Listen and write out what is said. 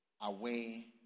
away